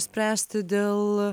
spręsti dėl